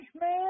man